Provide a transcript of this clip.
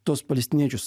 tuos palestiniečius